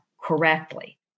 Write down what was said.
correctly